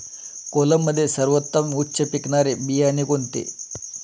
कोलममध्ये सर्वोत्तम उच्च पिकणारे बियाणे कोणते?